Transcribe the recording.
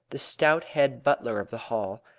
the stout head-butler of the hall,